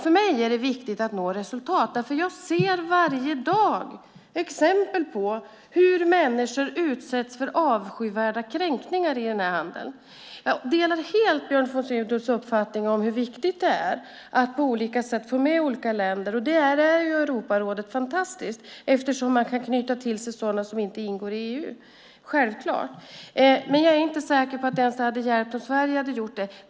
För mig är det viktigt att nå resultat, eftersom jag varje dag ser exempel på hur människor utsätts för avskyvärda kränkningar i denna handel. Jag delar helt Björn von Sydows uppfattning om hur viktigt det är att på olika sätt få med olika länder, och där är självklart Europarådet fantastiskt eftersom man kan knyta till sig länder som inte ingår i EU. Jag är dock inte säker på att det ens hade hjälpt om Sverige hade gjort det.